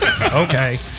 Okay